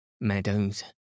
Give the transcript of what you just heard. meadows